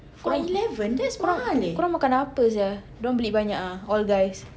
kor~ korang korang makan apa sia dorang beli banyak ah all guys